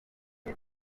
iyo